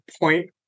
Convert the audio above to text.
point